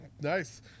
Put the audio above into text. Nice